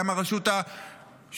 גם הרשות המושלת,